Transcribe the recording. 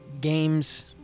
games